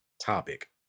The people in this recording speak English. topic